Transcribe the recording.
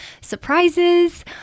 surprises